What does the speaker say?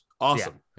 Awesome